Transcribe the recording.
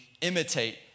imitate